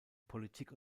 politik